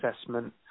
assessment